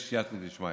יש סייעתא דשמיא,